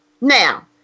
Now